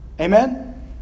Amen